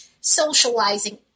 socializing